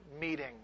meeting